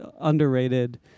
underrated